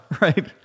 Right